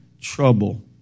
trouble